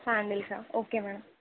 sandals okay madam